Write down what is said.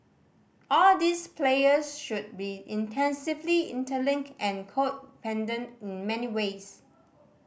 all these players should be intensively interlinked and codependent in many ways